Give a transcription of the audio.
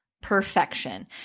perfection